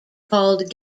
called